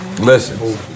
Listen